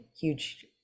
huge